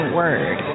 word